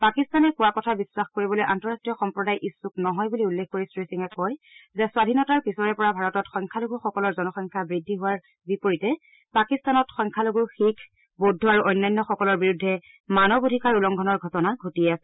পাকিস্তানে কোৱা কথা বিশ্বাস কৰিবলৈ আন্তৰাষ্ট্ৰীয় সম্প্ৰদায় ইচ্ছুক নহয় বুলি উল্লেখ কৰি শ্ৰীসিঙে কয় যে স্বাধীনতাৰ পিছৰে পৰা ভাৰতত সংখ্যালঘুসকলৰ জনসংখ্যা বৃদ্ধি হোৱাৰ বিপৰীতে পাকিস্তানত সংখ্যালঘু শিখ বৌদ্ধ আৰু অন্যান্যসকলৰ বিৰুদ্ধে মানৱ অধিকাৰ উলংঘনৰ ঘটনা ঘটিয়েই আছে